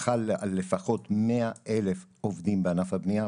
חל על לפחות 100,000 עובדים בענף הבנייה,